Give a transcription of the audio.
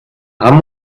hamm